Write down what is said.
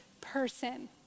person